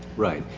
right.